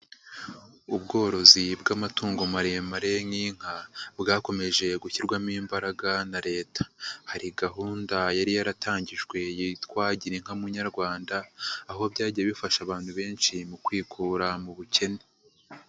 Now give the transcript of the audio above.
Ubworozi bw'amatungo maremare nk'inka, bwakomeje gushyirwamo imbaraga na Leta. Hari gahunda yari yaratangijwe yitwa gira inka munyarwanda, aho byagiye bifasha abantu benshi mu kwikura mu bukene.